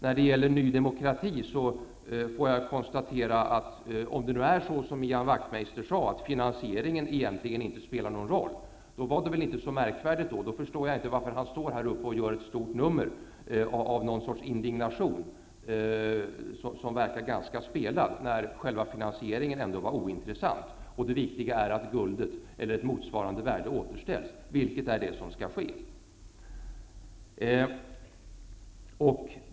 När det gäller Ny demokrati vill jag säga följande. Om det nu är som Ian Wachtmeister sade, att finansierigen egentligen inte spelar någon roll, förstår jag inte varför Ian Wachtmeister här gör ett stort nummer av detta och visar en sorts indignation, vilken verkar ganska så spelad. Själva finansieringen var ju, som sagt, ointressant. Det viktiga är att guldet eller något annat till motsvarande värde återställs, vilket också skall också ske.